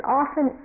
often